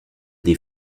des